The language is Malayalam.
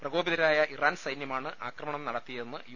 പ്രകോപിതരായ ഇറാൻ സൈനൃമാണ് ആക്രമണം നടത്തിയതെന്ന് യു